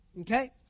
Okay